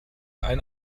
ein